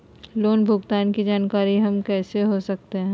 Loan भुगतान की जानकारी हम कैसे हो सकते हैं?